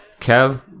kev